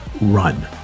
Run